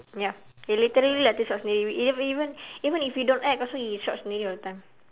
ya you literally like to shiok sendiri even even even if you don't act also you shiok sendiri all the time